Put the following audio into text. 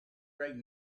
right